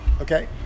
Okay